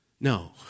No